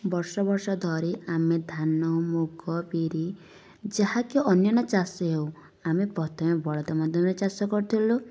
ବର୍ଷ ବର୍ଷ ଧରି ଆମେ ଧାନ ମୁଗ ବିରି ଯାହାକି ଅନ୍ୟାନ୍ୟ ଚାଷୀ ହେଉ ଆମେ ପ୍ରଥମେ ବଳଦ ମଧ୍ୟମରେ ଚାଷ କରୁଥିଲୁ